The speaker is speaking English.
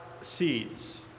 seeds